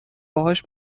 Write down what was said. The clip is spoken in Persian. باهاش